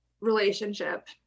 relationship